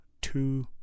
Two